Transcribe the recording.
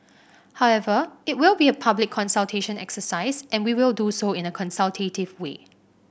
however it will be a public consultation exercise and we will do so in a consultative way